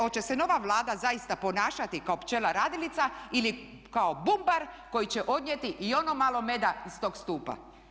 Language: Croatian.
Hoće se nova Vlada zaista ponašati kao pčela radilica ili kao bumbar koji će odnijeti i ono malo meda iz tog stupa?